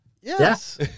Yes